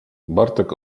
bartek